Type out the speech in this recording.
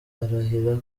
arahira